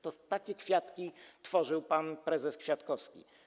To takie kwiatki tworzył pan prezes Kwiatkowski.